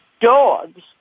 Dogs